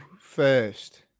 first